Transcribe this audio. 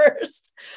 first